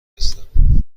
هستم